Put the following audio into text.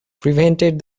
prevented